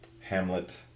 Hamlet